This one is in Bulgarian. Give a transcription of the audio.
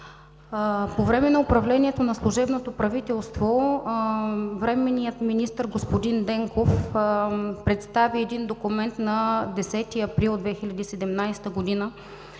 По време на управлението на служебното правителство временният министър господин Денков представи един документ на 10 април 2017 г.,